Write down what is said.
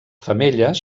femelles